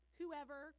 whoever